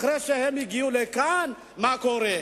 אחרי שהם הגיעו לכאן מה קורה,